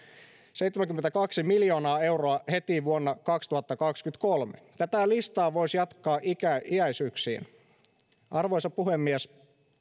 seitsemänkymmentäkaksi miljoonaa euroa heti vuonna kaksituhattakaksikymmentäkolme tätä listaa voisi jatkaa iäisyyksiin arvoisa puhemies